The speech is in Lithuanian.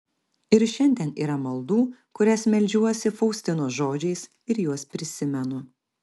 ir šiandien yra maldų kurias meldžiuosi faustinos žodžiais ir juos prisimenu